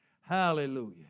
Hallelujah